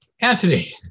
Anthony